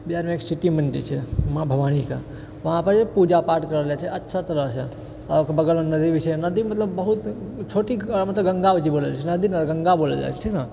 बिहारमे एक सिटी मंदिर छै माँ भवानीके वहांँ पर पूजापाठ करल जाए छै अच्छा तरहसँ आ ओकर बगलमे नदी भी छै नदी मतलब बहुत छोटी मतलब गङ्गा बोलल जाइ छै नदीके गङ्गा बोलल जाएत छै ठीक ने